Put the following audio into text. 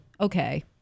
Okay